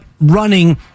running